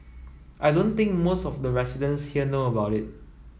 I don't think most of the residents here know about it